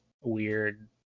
weird